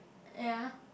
ya